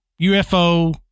UFO